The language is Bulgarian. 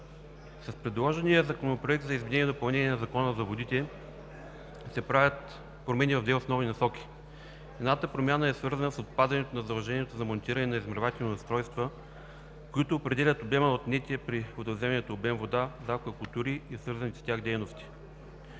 С предложения законопроект за изменение и допълнение на Закона за водите се правят промени в две основни насоки. Едната промяна е свързана с отпадането на задължението за монтиране на измервателни устройства, които определят обема на отнетия при водовземането обем вода за аквакултури и свързаните с тях дейности.